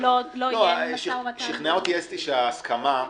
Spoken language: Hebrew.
אסתי שההסכמה,